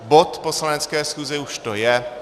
Bod poslanecké schůze už to je.